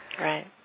Right